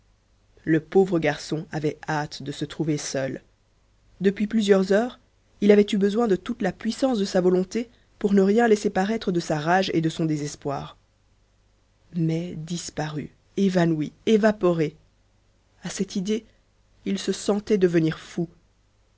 le pauvre garçon avait hâte de se trouver seul depuis plusieurs heures il avait eu besoin de toute la puissance de sa volonté pour ne rien laisser paraître de sa rage et de son désespoir mai disparu évanoui évaporé à cette idée il se sentait devenir fou